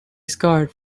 scarred